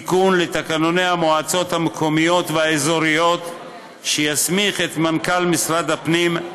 תיקון לתקנוני המועצות המקומיות והאזוריות שיסמיך את מנכ"ל משרד הפנים,